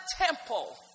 temple